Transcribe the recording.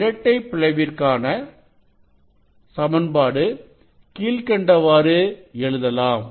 இரட்டைப் அளவிற்கான சமன்பாடு கீழ்க்கண்டவாறு எழுதலாம்